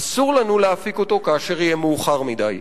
אסור לנו להפיק אותו כאשר יהיה מאוחר מדי.